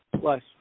plus